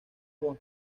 juan